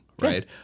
Right